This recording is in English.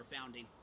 founding